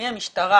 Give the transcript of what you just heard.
מהמשטרה